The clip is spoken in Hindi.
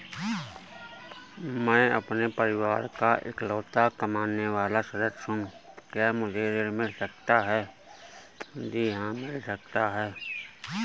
मैं अपने परिवार का इकलौता कमाने वाला सदस्य हूँ क्या मुझे ऋण मिल सकता है?